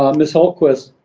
um ms. hultquist,